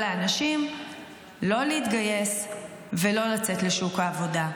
לאנשים לא להתגייס ולא לצאת לשוק העבודה.